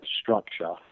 structure